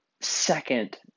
second